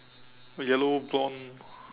yellow blonde